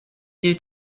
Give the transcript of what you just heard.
due